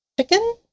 chicken